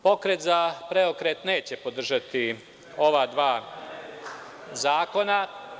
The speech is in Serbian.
Pokret za preokret“ neće podržati ova dva zakona.